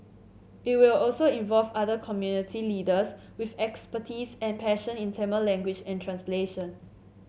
it will also involve other community leaders with expertise and passion in Tamil language and translation